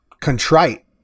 contrite